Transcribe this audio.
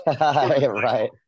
right